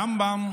הרמב"ם